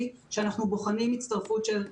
היא שאנחנו בוחנים הצטרפות של נציגים.